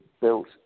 built